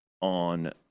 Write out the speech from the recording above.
on